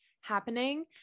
happening